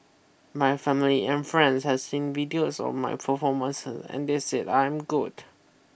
my family and friends has seen videos of my performances and they said I am good